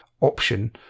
option